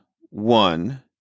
one